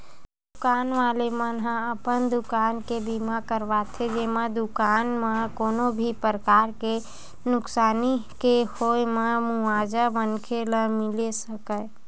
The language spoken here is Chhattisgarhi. दुकान वाले मन ह अपन दुकान के बीमा करवाथे जेमा दुकान म कोनो भी परकार ले नुकसानी के होय म मुवाजा मनखे ल मिले सकय